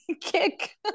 kick